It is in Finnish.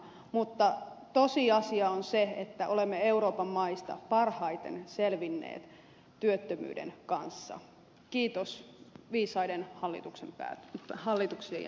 mutta tosiasia on se että olemme euroopan maista parhaiten selvinneet työttömyyden kanssa kiitos hallituksen viisaiden päätöksien